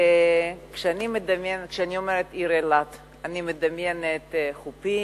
כשאני אומרת העיר אילת אני מדמיינת חופים,